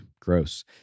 Gross